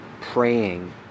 praying